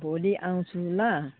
भोलि आउँछु ल